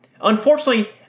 Unfortunately